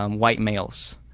um white males.